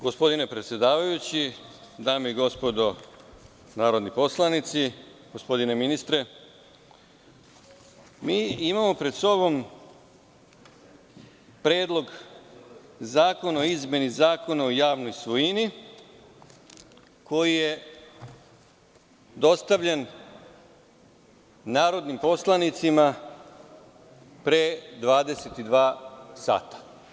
Gospodine predsedavajući, dame i gospodo narodni poslanici, gospodine ministre, imamo pred sobom Predlog zakona o izmeni Zakona o javnoj svojini koji je dostavljen narodnim poslanicima pre 22 sata.